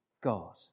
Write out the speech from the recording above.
God